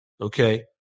okay